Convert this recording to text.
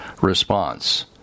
response